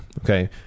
Okay